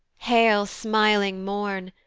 hail, smiling morn,